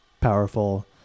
powerful